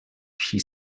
she